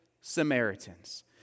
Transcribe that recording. Samaritans